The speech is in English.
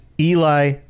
Eli